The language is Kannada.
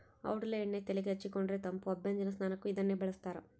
ಔಡಲ ಎಣ್ಣೆ ತೆಲೆಗೆ ಹಚ್ಚಿಕೊಂಡರೆ ತಂಪು ಅಭ್ಯಂಜನ ಸ್ನಾನಕ್ಕೂ ಇದನ್ನೇ ಬಳಸ್ತಾರ